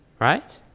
Right